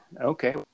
okay